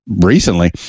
recently